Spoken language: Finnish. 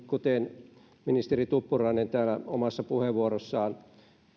kuten ministeri tuppurainen täällä omassa puheenvuorossaan